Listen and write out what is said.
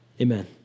Amen